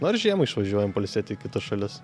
na ir žiemą išvažiuojam pailsėt į kitas šalis